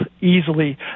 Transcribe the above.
easily